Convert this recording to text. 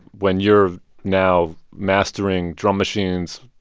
when you're now mastering drum machines,